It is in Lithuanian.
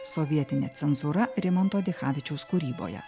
sovietinė cenzūra rimanto dichavičiaus kūryboje